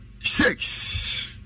six